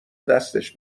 دستش